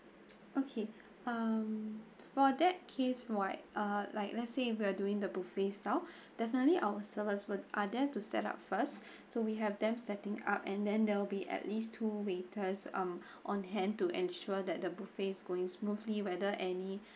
okay um for that case why uh like let's say if you are doing the buffet style definitely our servers are there to set up first so we have them setting up and then there'll be at least two waiters um on hand to ensure that the buffet going smoothly whether any